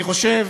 אני חושב